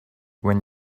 when